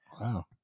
Wow